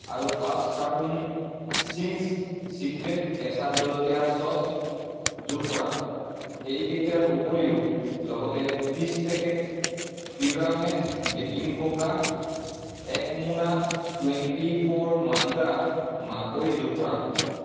আৰু পাঁচ carton Ching's secret কেচা জলকীয়াৰ চচ যোগ কৰা এইকেইটাৰ উপৰিও লগতে ত্ৰিছ পেকেট পিউৰামেট বেকিং কোকা এক মোনা টুৱেণ্টি ফ'ৰ মন্ত্ৰা মাকৈ যোগ কৰা